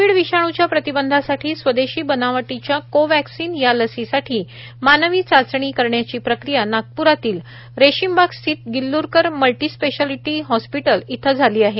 Covid विषाणूच्या प्रतिबंधासाठी स्वदेशी बनावटीच्या कोवॅक्सिन या लसीसाठी मानवी चाचणी करण्याची प्रक्रिया नागपुरातील रेशीमबाग स्थित गिल्लुरकर मल्टिस्पेशालिटी हॉस्पिटल येथे स्रुवात झाली आहे